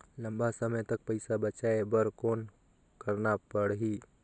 लंबा समय तक पइसा बचाये बर कौन करना पड़ही?